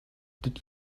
did